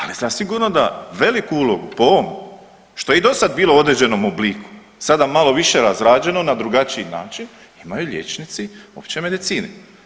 Ali zasigurno da veliku ulogu po ovom što je i dosad bilo određenom obliku sada malo više razrađeno na drugačiji način imaju liječnici opće medicine.